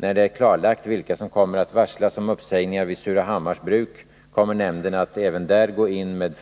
När det är klarlagt vilka som kommer att varslas om uppsägningar vid Surahammars Bruk kommer nämnden att även där gå in med